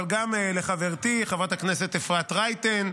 וגם לחברתי חברת הכנסת אפרת רייטן.